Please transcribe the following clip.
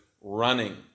running